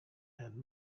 and